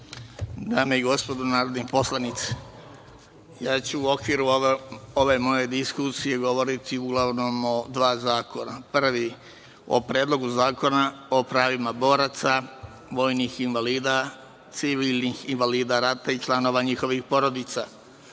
Dame i gospodo narodni poslanici, ja ću u okviru ove moje diskusije govoriti uglavnom o dva zakona. Prvi, o Predlogu zakona o pravima boraca, vojnih invalida, civilnih invalida rata i članova njihovih porodica.